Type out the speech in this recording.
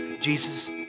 Jesus